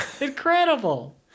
Incredible